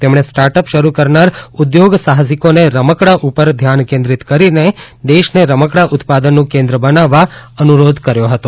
તેમણે સ્ટાર્ટઅપ શરૂ કરનાર ઉદ્યોગ સાહસિકોને રમકડા ઉપર ધ્યાન કેન્દ્રિત કરીને દેશને રમકડા ઉત્પાદનનું કેન્દ્ર બનાવવા અનુરોધ કર્યો હતો